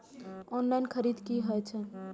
Online खरीद की होए छै?